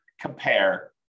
compare